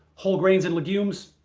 whole grains and legumes,